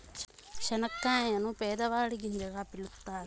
చనిక్కాయలను పేదవాడి గింజగా పిలుత్తారు